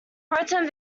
proton